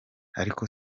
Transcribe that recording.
ariko